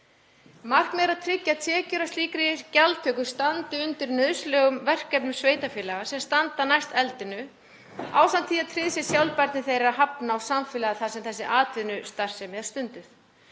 Markmiðið er að tryggja að tekjur af slíkri gjaldtöku standi undir nauðsynlegum verkefnum sveitarfélaga sem standa næst eldinu ásamt því að tryggð sé sjálfbærni þeirra hafna og samfélaga þar sem þessi atvinnustarfsemi er stunduð.